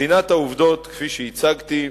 בחינת העובדות, כפי שהצגתי,